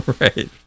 Right